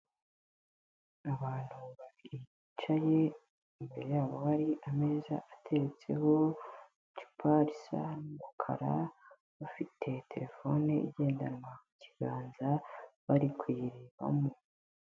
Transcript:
Abantu baricaye imbere yabo hari ameza ateretseho icupa risa umukara, bafite terefone igendanwa mu kiganza bari kuyirebamo.